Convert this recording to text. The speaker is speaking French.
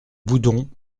boudons